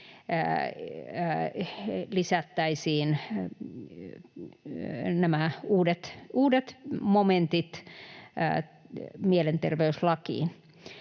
lisättäisiin nämä uudet momentit mielenterveyslakiin.